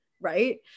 Right